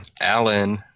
Alan